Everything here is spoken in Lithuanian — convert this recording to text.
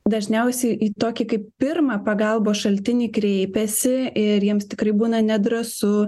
dažniausiai į tokį kaip pirmą pagalbos šaltinį kreipiasi ir jiems tikrai būna nedrąsu